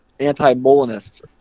anti-Molinists